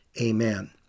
Amen